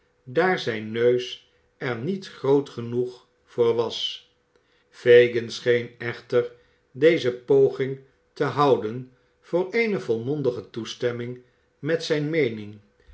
daar zijn neus er niet groot genoeg voor was fagin scheen echter deze poging te houden voor eene volmondige toestemming met zijn meening